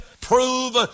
prove